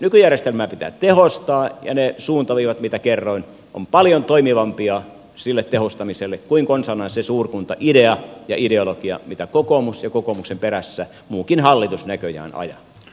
nykyjärjestelmää pitää tehostaa ja ne suuntaviivat mitä kerroin ovat paljon toimivampia sille tehostamiselle kuin konsanaan se suurkuntaidea ja ideologia mitä kokoomus ja kokoomuksen perässä muukin hallitus näköjään ajaa